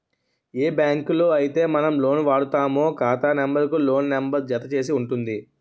ఏ బ్యాంకులో అయితే మనం లోన్ వాడుతామో ఖాతా నెంబర్ కు లోన్ నెంబర్ జత చేసి ఉంటుంది